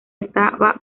estaba